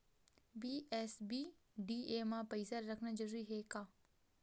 BSBDA मा पईसा रखना जरूरी हे का?